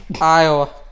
Iowa